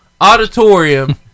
Auditorium